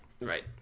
Right